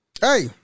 hey